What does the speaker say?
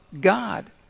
God